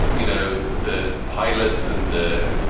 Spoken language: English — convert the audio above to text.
you know, the pilots and the